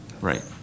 Right